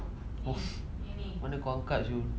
mana kau angkat [siol]